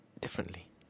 differently